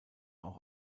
auch